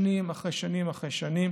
שנים אחרי שנים אחרי שנים,